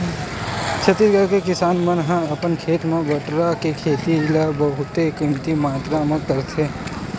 छत्तीसगढ़ के किसान मन ह अपन खेत म बटरा के खेती ल बहुते कमती मातरा म करथे